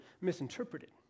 misinterpreted